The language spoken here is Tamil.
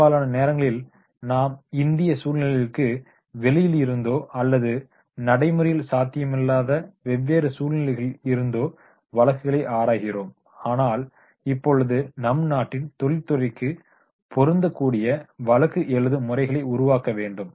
பெரும்பாலான நேரங்களில் நாம் இந்திய சூழ்நிலைகளுக்கு வெளியில் இருந்தோ அல்லது நடைமுறையில் சாத்தியமில்லாத வெவ்வேறு சூழ்நிலைகளில் இருந்தோ வழக்குகளை ஆராய்கிறோம் ஆனால் இப்பொழுது நம் நாட்டின் தொழில்துறைக்கு பொருந்தக்கூடிய வழக்கு எழுதும் முறைகளை உருவாக்க வேண்டும்